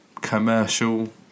commercial